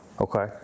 Okay